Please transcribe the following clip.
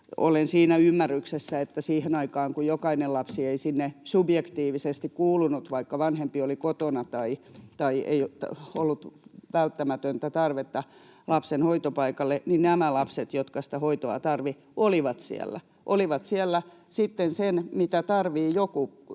olen siinä ymmärryksessä, että siihen aikaan, kun jokainen lapsi ei sinne subjektiivisesti kuulunut, vaikka vanhempi oli kotona tai ei ollut välttämätöntä tarvetta lapsen hoitopaikalle, niin nämä lapset, jotka sitä hoitoa tarvitsivat, olivat siellä. Olivat siellä sitten sen, mitä tarvitsivat, joku